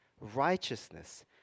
righteousness